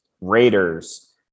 Raiders